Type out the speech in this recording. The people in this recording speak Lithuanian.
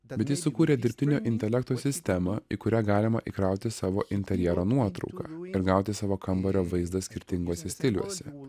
bet jis sukūrė dirbtinio intelekto sistemą į kurią galima įkrauti savo interjero nuotrauką ir gauti savo kambario vaizdą skirtinguose stiliuose